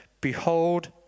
behold